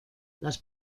las